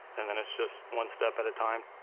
and then it's just one step at a time,